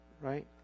right